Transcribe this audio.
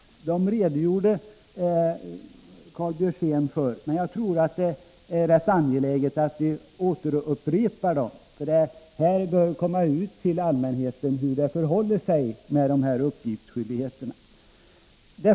Karl Björzén redogjorde för detta, men jag tror att det är rätt angeläget att upprepa det hela, eftersom allmänheten bör få veta hur det förhåller sig med uppgiftsskyldigheten.